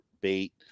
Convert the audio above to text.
bait